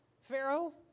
Pharaoh